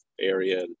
area